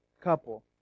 couple